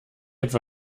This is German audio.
etwa